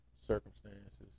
circumstances